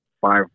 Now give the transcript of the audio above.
five